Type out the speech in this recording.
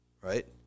Right